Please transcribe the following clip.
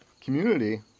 community